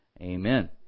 Amen